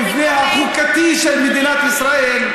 מאזן יתערב במבנה החוקתי של מדינת ישראל?